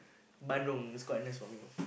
bandung it's quite nice for me